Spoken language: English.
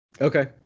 Okay